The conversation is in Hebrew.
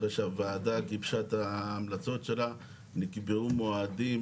אחרי שהוועדה גיבשה את ההמלצות שלה נקבעו מועדים